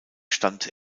stand